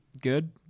good